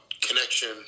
connection